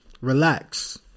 relax